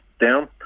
down